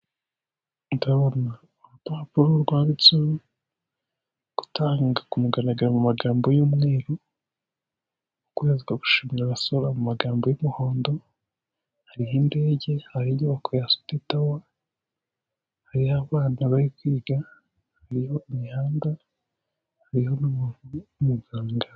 Ndabona urupapapuro rwanditseho gutangiza ku mugaragaro mu magambo y'umweru ukwezi ko gushimira abasora mu magambo y'umuhondo, hariho indege hari inyubako ya sotitawa hari abana bari kwiga, hari imihanda, hariho n'umuntu w'umuganga.